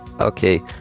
Okay